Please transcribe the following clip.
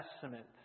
Testament